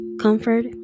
Comfort